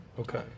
Okay